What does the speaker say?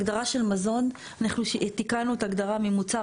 הגדרה של מזון אנחנו תיקנו את ההגדרה ממוצר